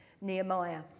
Nehemiah